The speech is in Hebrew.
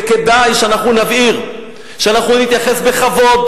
וכדאי שאנחנו נבהיר שאנחנו נתייחס בכבוד